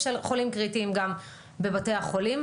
יש לנו פורומים מקצועיים שמחליטים את ההחלטות האלה.